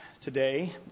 today